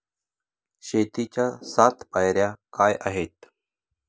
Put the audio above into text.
शेतीच्या सात पायऱ्या काय आहेत?